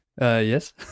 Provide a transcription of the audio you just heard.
Yes